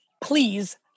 Please